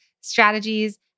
strategies